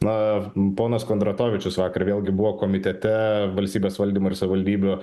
na ponas kondratovičius vakar vėlgi buvo komitete valstybės valdymo ir savivaldybių